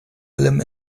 allem